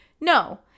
No